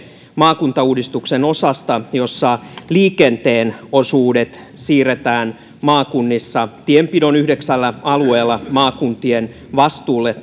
maakuntauudistuksen osasta jossa liikenteen osuudet siirretään maakunnissa tienpidon yhdeksällä alueella maakuntien vastuulle